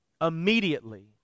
immediately